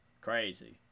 crazy